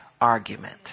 argument